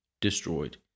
destroyed